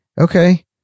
okay